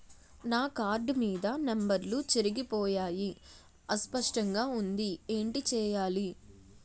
నా కార్డ్ మీద నంబర్లు చెరిగిపోయాయి అస్పష్టంగా వుంది ఏంటి చేయాలి?